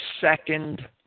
second